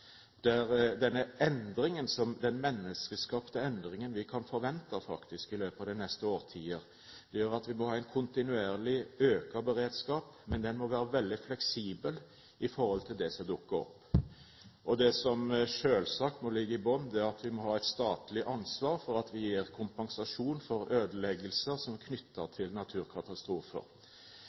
der denne endringen – denne menneskeskapte endringen – vi kan forvente i løpet av de neste årtier, gjør at vi må ha en kontinuerlig økt beredskap, men den må være veldig fleksibel i forhold til det som dukker opp. Det som selvsagt må ligge i bunnen, er at vi må ha et statlig ansvar for at vi gir kompensasjon for ødeleggelser knyttet til naturkatastrofer. Det instrumentet som ikke er nevnt foreløpig i debatten, er skjønnsmidler fra Kommunaldepartementet, som er